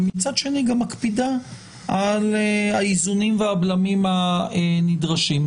ומצד שני גם מקפידה על האיזונים והבלמים הנדרשים.